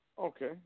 Okay